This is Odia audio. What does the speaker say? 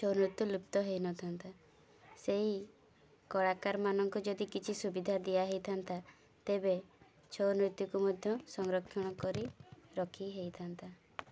ଛଉ ନୃତ୍ୟ ଲୁପ୍ତ ହେଇନଥାନ୍ତା ସେଇ କଳାକାରମାନଙ୍କୁ ଯଦି କିଛି ସୁବିଧା ଦିଆହେଇଥାନ୍ତା ତେବେ ଛଉ ନୃତ୍ୟକୁ ମଧ୍ୟ ସଂରକ୍ଷଣ କରି ରଖି ହେଇଥାନ୍ତା